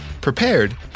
prepared